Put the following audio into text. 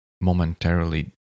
momentarily